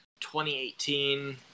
2018